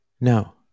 No